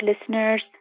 listeners